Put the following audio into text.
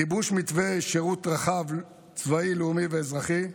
גיבוש מתווה שירות רחב צבאי, לאומי ואזרחי,